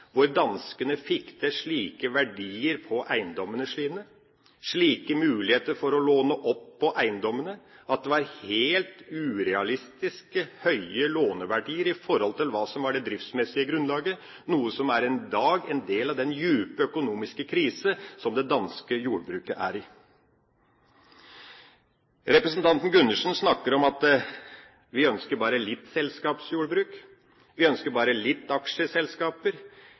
hvor danskene fikk til slike verdier på eiendommene sine, slike muligheter for å låne opp på eiendommene, at det var helt urealistiske, høye låneverdier i forhold til hva som var det driftsmessige grunnlaget, noe som i dag er en del av årsaken til den djupe økonomiske krise som det danske jordbruket er i. Representanten Gundersen snakker om at vi ønsker bare litt selskapsjordbruk, vi ønsker bare litt aksjeselskaper.